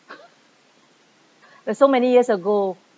that's so many years ago